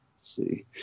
See